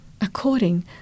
according